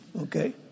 okay